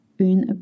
une